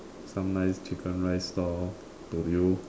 some nice chicken rice stall do you